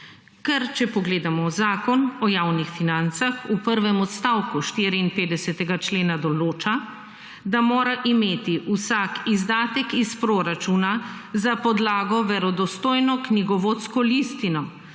ker če pogledamo Zakon o javnih financah v prvem odstavku 54. člena določa, da mora imeti vsak izdatek iz proračuna za podlago verodostojno knjigovodsko listino,